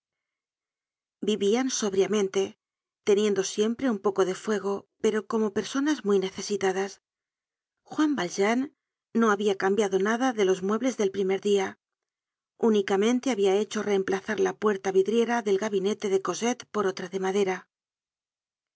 vivian sobriamente teniendo siempre un poco de fuego pero como personas muy necesitadas juan valjean no habia cambiado nada de los muebles del primer dia únicamente habia hecho reemplazar la puerta vidriera del gabinete de cosette por otra de madera